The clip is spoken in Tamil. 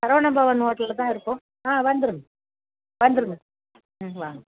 சரவணபவன் ஹோட்டலில் தான் இருக்கோம் ஆ வந்துடுங்க வந்துடுங்க ம் வாங்க